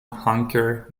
honker